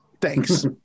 Thanks